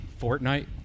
Fortnite